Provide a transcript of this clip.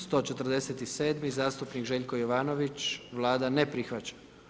147. zastupnik Željko Jovanović, Vlada ne prihvaća.